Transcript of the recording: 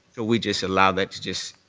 we just allow that just